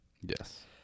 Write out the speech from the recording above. Yes